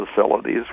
facilities